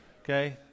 okay